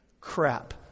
crap